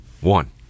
One